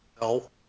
No